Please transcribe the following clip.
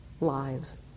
lives